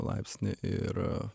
laipsnį ir